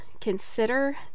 consider